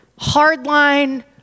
Hardline